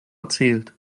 erzählt